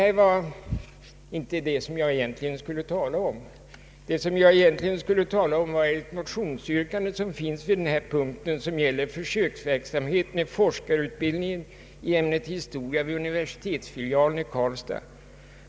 Det var inte detta jag egentligen skulie tala om, utan det var ett motionsyrkande, som finns vid denna punkt och som gäller försöksverksamhet med forskarutbildning i ämnet historia vid universitetsfilialen i Karlstad.